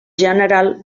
general